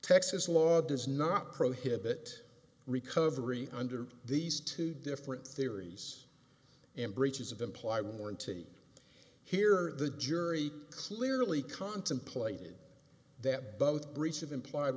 texas law does not prohibit recovery under these two different theories and breaches of imply warranty here the jury clearly contemplated that both breach of implied